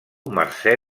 mercè